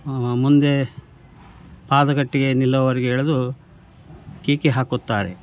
ಮುಂದೆ ಪಾದಗಟ್ಟಿಗೆ ನಿಲ್ಲುವರೆಗೆ ಎಳೆದು ಕೇಕೆ ಹಾಕುತ್ತಾರೆ